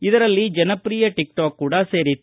ಇದರಲ್ಲಿ ಜನಪ್ರಿಯ ಟಿಕ್ಟಾಕ್ ಸೇರಿತ್ತು